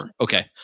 Okay